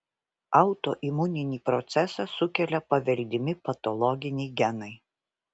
autoimuninį procesą sukelia paveldimi patologiniai genai